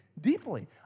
deeply